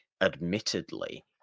admittedly